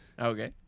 Okay